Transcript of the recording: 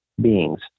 beings